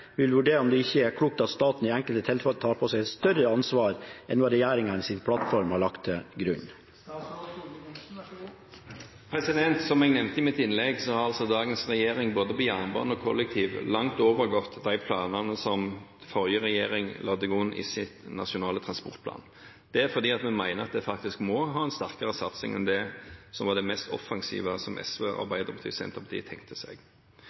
vurdere om det ikke er klokt at staten i enkelte tilfeller tar på seg et større ansvar enn det regjeringen i sin plattform har lagt til grunn? Som jeg nevnte i mitt innlegg, har dagens regjering både på jernbane og kollektiv langt overgått de planene som forrige regjering la til grunn i sin nasjonale transportplan. Det er fordi vi mener at en faktisk må ha en sterkere satsing enn det som var det mest offensive SV, Arbeiderpartiet og Senterpartiet tenkte seg.